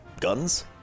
guns